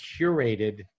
curated